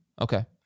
Okay